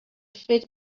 fit